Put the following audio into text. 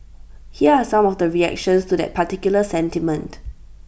here are some of the reactions to that particular sentiment